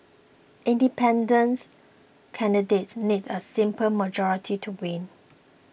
independent candidates need a simple majority to win